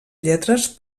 lletres